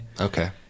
okay